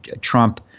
Trump